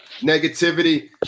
negativity